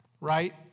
Right